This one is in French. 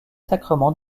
sacrements